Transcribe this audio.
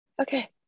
Okay